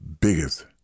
biggest